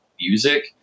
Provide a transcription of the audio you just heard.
music